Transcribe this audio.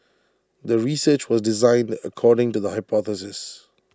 the research was designed according to the hypothesis